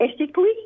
ethically